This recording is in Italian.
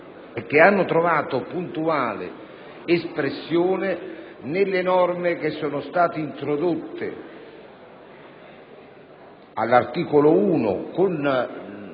e che hanno trovato puntuale espressione nelle norme che sono state introdotte all'articolo 1,